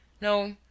No